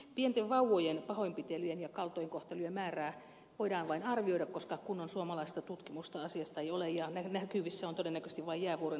pienten vauvojen pahoinpitelyjen ja kaltoinkohtelujen määrää voidaan vain arvioida koska kunnon suomalaista tutkimusta asiasta ei ole ja näkyvissä on todennäköisesti vain jäävuoren huippu